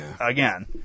again